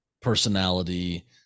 personality